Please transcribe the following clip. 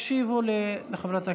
תקשיבו לחברת הכנסת.